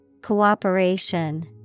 Cooperation